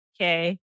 okay